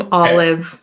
olive